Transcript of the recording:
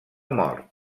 mort